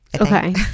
Okay